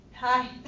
Hi